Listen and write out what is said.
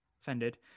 offended